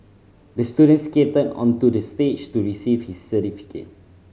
the student skated onto the stage to receive his certificate